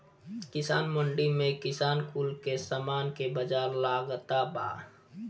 किसान मंडी में किसान कुल के सामान के बाजार लागता बा